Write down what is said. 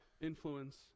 influence